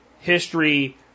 history